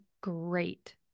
great